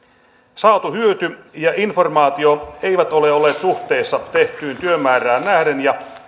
saatu hyöty ja informaatio eivät ole olleet suhteessa tehtyyn työmäärään nähden ja